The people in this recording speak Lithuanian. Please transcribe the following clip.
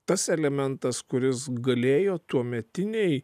tas elementas kuris galėjo tuometinei